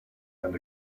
and